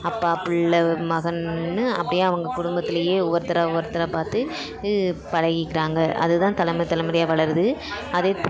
அப்பா பிள்ள மகன்னு அப்படியே அவங்க குடும்பத்துலேயே ஒவ்வொருத்தராக ஒவ்வொருத்தராக பார்த்து இது பழகிக்கிறாங்க அது தான் தலைமுறை தலைமுறையாக வளருது அதே